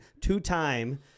two-time